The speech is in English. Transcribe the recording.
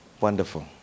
wonderful